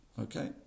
Okay